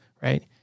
right